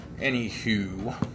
Anywho